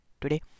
today